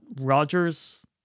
Roger's